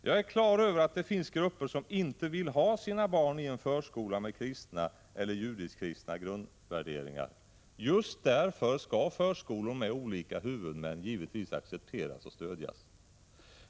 Jag är klar över att det finns grupper som inte vill ha sina barn i en förskola med kristna eller judisk-kristna grundvärderingar. Just därför skall förskolor med olika huvudmän givetvis accepteras och stödjas.